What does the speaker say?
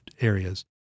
areas